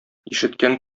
ишеткән